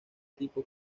tipo